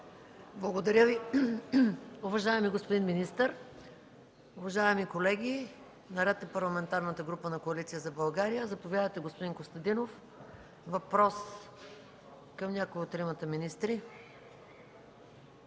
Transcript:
Благодаря, уважаеми господин министър. Уважаеми колеги, наред е парламентарната група на Коалиция за България. Заповядайте, господин Костадинов, за въпрос към някой от тримата министри.